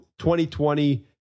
2020